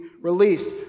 released